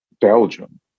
Belgium